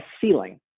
ceiling